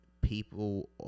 people